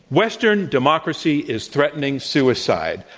western democracy is threatening suicide.